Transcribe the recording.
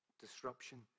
disruption